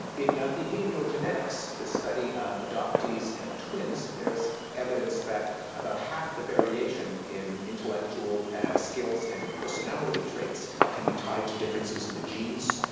in behavioral genetics, the study of adoptees and twins, there is evidence that about half the variation in intellectual skills and in personality traits can be tied to differences in the genes.